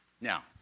Now